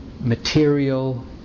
material